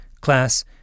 class